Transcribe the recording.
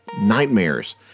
Nightmares